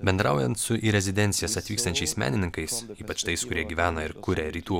bendraujant su į rezidencijas atvykstančiais menininkais ypač tais kurie gyvena ir kuria rytų